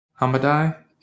Hamadai